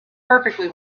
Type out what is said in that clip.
perfectly